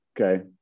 okay